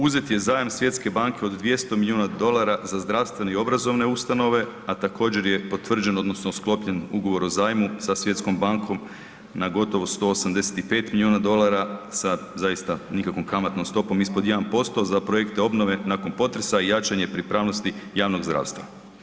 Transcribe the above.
Uzet je zajam Svjetske banke od 200 milijuna dolara za zdravstvene i obrazovne ustanove, a također, je potvrđeno, odnosno sklopljen ugovor o zajmu sa Svjetskom bankom na gotovo 185 milijuna dolara sa zaista nikakvom kamatnom stopom, ispod 1% za projekte obnove nakon potresa i jačanje pripravnosti javnog zdravstva.